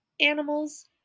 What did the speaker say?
animals